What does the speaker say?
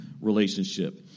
relationship